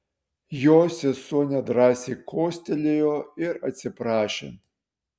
jo sesuo nedrąsai kostelėjo ir atsiprašė